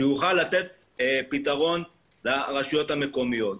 שיוכל לתת פתרון לרשויות המקומיות.